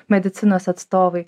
medicinos atstovai